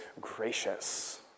gracious